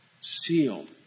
sealed